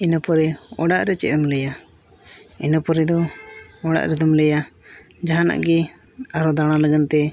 ᱤᱱᱟᱹ ᱯᱚᱨᱮ ᱚᱲᱟᱜᱨᱮ ᱪᱮᱫᱮᱢ ᱞᱟᱹᱭᱟ ᱤᱱᱟᱹ ᱯᱚᱨᱮ ᱫᱚ ᱚᱲᱟᱜ ᱨᱮᱫᱚᱢ ᱞᱟᱹᱭᱟ ᱡᱟᱦᱟᱱᱟᱜ ᱜᱮ ᱟᱨᱦᱚᱸ ᱫᱟᱬᱟ ᱞᱟᱹᱜᱤᱫ ᱛᱮ